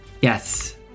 Yes